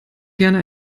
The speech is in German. gerne